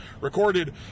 recorded